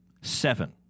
Seven